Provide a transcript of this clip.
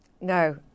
No